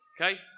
Okay